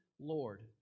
Lord